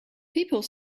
people